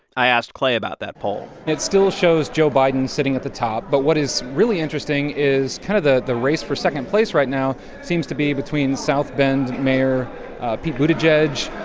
i asked clay about that poll it still shows joe biden sitting at the top. but what is really interesting is kind of the the race for second place right now seems to be between south bend mayor pete buttigieg,